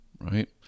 right